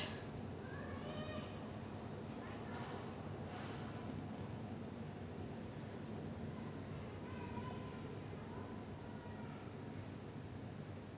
இப்ப:ippa tennessee whiskey ன்னு பாத்தா:nu paathaa ah the இங்க பாரே:inga paarae they say that twenty thirteen lah இருந்து:irunthu state law defines tennessee whisky as a spirit that's distilled from in tennessee from at least fifty one per cent corn